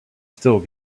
still